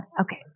Okay